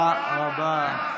אלוף משנה מתן כהנא,